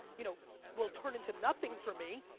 you know will turn into nothing for me,